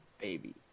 Baby